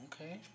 Okay